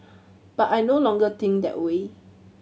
but I no longer think that way